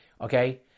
okay